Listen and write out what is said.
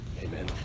Amen